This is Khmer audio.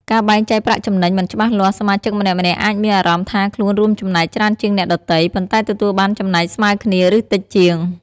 ការបែងចែកប្រាក់ចំណេញមិនច្បាស់លាស់ សមាជិកម្នាក់ៗអាចមានអារម្មណ៍ថាខ្លួនរួមចំណែកច្រើនជាងអ្នកដទៃ ប៉ុន្តែទទួលបានចំណែកស្មើគ្នា ឬតិចជាង។